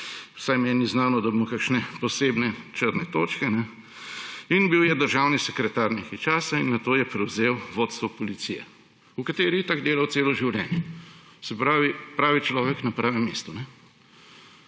vsaj meni ni znano, da bi imel kakšne posebne črne točke, in bil je državni sekretar nekaj časa in nato je prevzel vodstvo Policije, v kateri je itak delal celo življenje. Se pravi, pravi človek na pravem mestu.